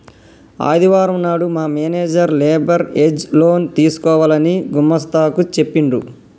ఆదివారం నాడు మా మేనేజర్ లేబర్ ఏజ్ లోన్ తీసుకోవాలని గుమస్తా కు చెప్పిండు